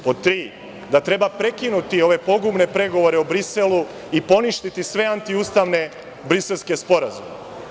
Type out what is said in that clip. Pod tri, da treba prekinuti ove pogubne pregovore o Briselu i poništiti sve antiustavne briselske sporazume.